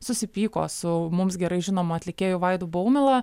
susipyko su mums gerai žinomu atlikėju vaidu baumila